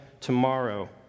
tomorrow